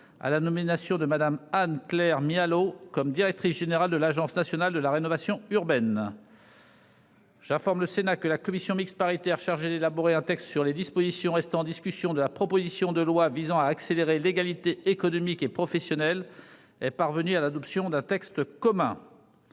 la nomination de Mme Anne-Claire Mialot en tant que directrice générale de l'Agence nationale pour la rénovation urbaine. J'informe le Sénat que la commission mixte paritaire chargée d'élaborer un texte sur les dispositions restant en discussion de la proposition de loi visant à accélérer l'égalité économique et professionnelle est parvenue à l'adoption d'un texte commun.